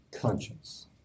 conscience